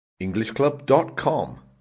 Englishclub.com